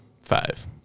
five